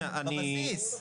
לפי מה שאתם קובעים.